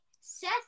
Seth